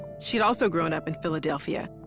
she'd also grown up in philadelphia,